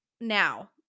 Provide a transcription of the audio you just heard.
Now